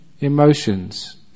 emotions